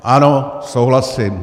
Ano, souhlasím.